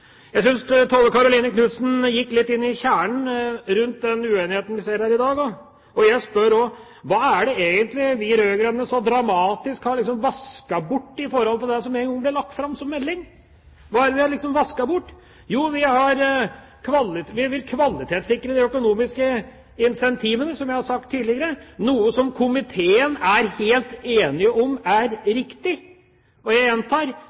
Jeg synes Tove Karoline Knutsen gikk litt inn i kjernen rundt den uenigheten vi ser her i dag. Jeg spør: Hva er det egentlig vi rød-grønne så dramatisk har vasket bort i forhold til det som en gang ble lagt fram som melding? Hva er det vi har vasket bort? Jo, vi vil kvalitetssikre de økonomiske incentivene, som jeg har sagt tidligere, noe komiteen er helt enig i er riktig. Og jeg gjentar: